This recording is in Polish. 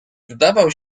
wdawał